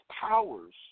powers